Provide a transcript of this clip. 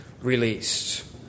released